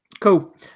Cool